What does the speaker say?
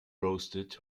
roasted